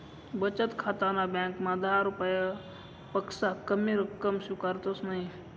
बचत खाताना ब्यांकमा दहा रुपयापक्सा कमी रक्कम स्वीकारतंस नयी